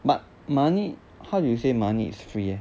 but money how do you say money is free eh